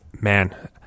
man